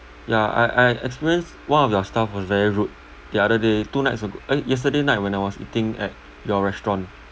ya I I experienced one of your staff was very rude the other day two nights ago eh yesterday night when I was eating at your restaurant